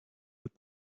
with